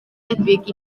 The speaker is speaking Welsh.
debyg